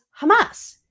Hamas